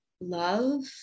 love